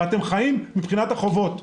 ואתם חיים מבחינת החובות.